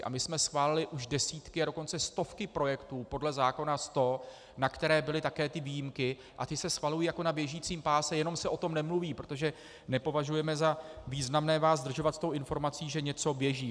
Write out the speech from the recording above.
A my jsme schválili už desítky, a dokonce stovky projektů podle zákona 100, na které také byly ty výjimky, a ty se schvalují jako na běžícím páse, jenom se o tom nemluví, protože nepovažujeme za významné vás zdržovat s tou informací, že něco běží.